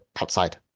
outside